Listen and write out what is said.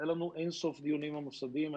היו לנו אין-סוף דיונים עם המוסדיים.